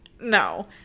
no